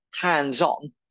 hands-on